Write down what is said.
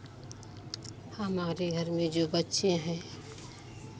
हमारे घर में जो बच्चे हैं